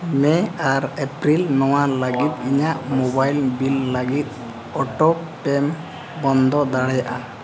ᱢᱮ ᱟᱨ ᱮᱹᱯᱨᱤᱞ ᱱᱚᱣᱟ ᱞᱟᱹᱜᱤᱫ ᱤᱧᱟᱹᱜ ᱢᱳᱵᱟᱭᱤᱞ ᱵᱤᱞ ᱞᱟᱹᱜᱤᱫ ᱚᱴᱳ ᱯᱮᱢ ᱵᱚᱱᱫᱚ ᱫᱟᱲᱮᱭᱟᱜᱼᱟ